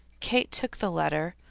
kate took the letter,